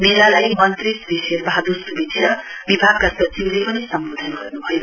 मेलालाई मन्त्री श्री शेर वहादुर सुबेदी र विभागका सचिवले पनि सम्वोधन गर्नुभयो